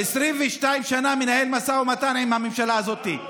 22 שנה מנהל משא ומתן עם הממשלה הזאת,